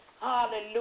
Hallelujah